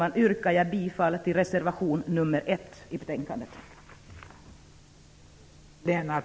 Jag yrkar därför bifall till reservation nr 1 vid betänkandet.